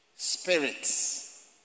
Spirits